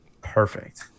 perfect